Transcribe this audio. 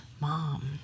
mom